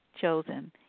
chosen